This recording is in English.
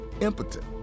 impotent